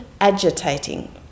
agitating